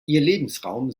lebensraum